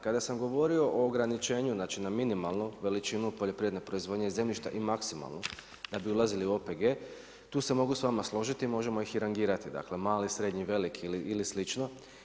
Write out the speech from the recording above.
Kada sam govorio o ograničenju, znači na minimalno veličinu poljoprivredne proizvodnje i zemljišta i maksimalno da bi ulazili u OPG, tu se mogu s vama složiti i možemo ih i rangirati, mali, srednji, veliki ili slično.